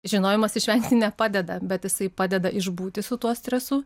žinojimas išvengti nepadeda bet jisai padeda išbūti su tuo stresu